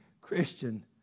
Christian